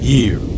Year